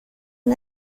and